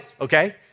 okay